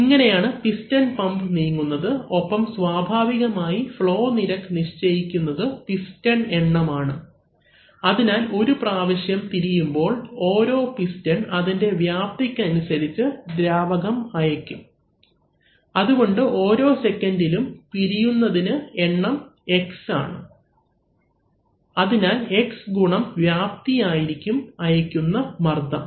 ഇങ്ങനെയാണ് piston pump നീങ്ങുന്നത് ഒപ്പം സ്വാഭാവികമായി ഫ്ളോ നിരക്ക് നിശ്ചയിക്കുന്നത് പിസ്റ്റൺ എണ്ണമാണ് അതിനാൽ ഒരു പ്രാവശ്യം തിരിയുമ്പോൾ ഓരോ പിസ്റ്റൺ അതിൻറെ വ്യാപ്തിക്ക് അനുസരിച്ച് ദ്രാവകം അയക്കും അതുകൊണ്ട് ഓരോ സെക്കൻഡിലും തിരിയുന്നതിന് എണ്ണം X ആണ് അതിനാൽ X ഗുണം വ്യാപി ആയിരിക്കും അയക്കുന്ന മർദ്ദം